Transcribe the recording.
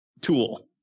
tool